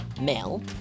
male